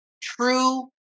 true